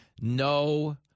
No